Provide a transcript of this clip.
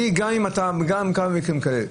גם לי היו כמה מקרים כאלה,